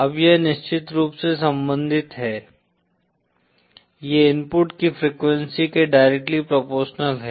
अब यह निश्चित रूप से संबंधित है ये इनपुट की फ्रीक्वेंसी के डायरेक्टली प्रोपोरशनल है